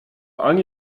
ani